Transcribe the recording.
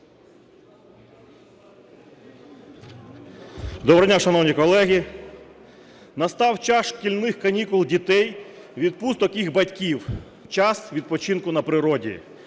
Доброго дня, шановні колеги! Настав час шкільних канікул дітей, відпусток їх батьків, час відпочинку на природі.